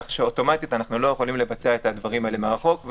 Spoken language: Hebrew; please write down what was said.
כך שאוטומטית אנחנו לא יכולים לבצע את הדברים האלה מרחוק.